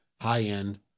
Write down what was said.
high-end